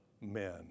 men